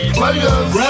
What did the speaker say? Players